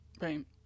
Right